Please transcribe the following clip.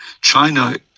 China